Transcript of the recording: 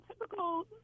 typical